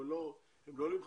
הם לא עולים חדשים,